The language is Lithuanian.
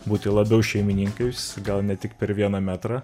būti labiau šeimininkais gal ne tik per vieną metrą